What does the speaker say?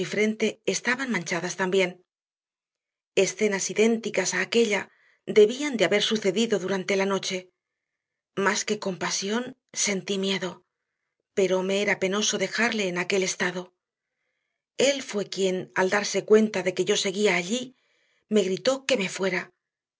frente estaban manchadas también escenas idénticas a aquella debían de haber sucedido durante la noche más que compasión sentí miedo pero me era penoso dejarle en aquel estado él fue quien al darse cuenta de que yo seguía allí me gritó que me fuera